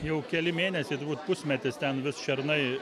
jau keli mėnesiai turbūt pusmetis ten vis šernai